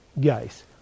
guys